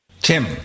Tim